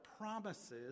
promises